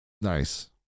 nice